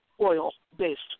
oil-based